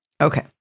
Okay